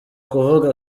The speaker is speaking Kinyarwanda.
kuvuga